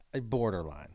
borderline